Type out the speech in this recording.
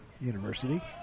University